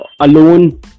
alone